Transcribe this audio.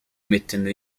mettendo